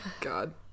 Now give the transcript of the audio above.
god